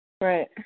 Right